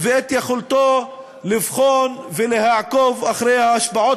ואת יכולתו לבחון ולעקוב אחרי ההשפעות